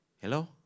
Hello